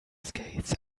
skates